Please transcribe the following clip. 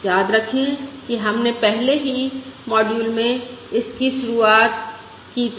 याद रखें कि हमने पहले ही मॉड्यूल में इसकी शुरुआत की थी